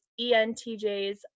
ENTJs